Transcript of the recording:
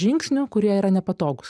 žingsnių kurie yra nepatogūs